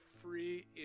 free